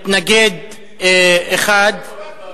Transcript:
מתנגד אחד, אין נמנעים.